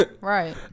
right